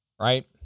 Right